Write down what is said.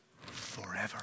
forever